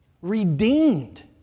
redeemed